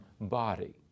body